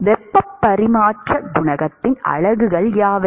வெப்ப பரிமாற்ற குணகத்தின் அலகுகள் யாவை